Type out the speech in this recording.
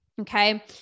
okay